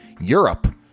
Europe